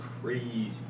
crazy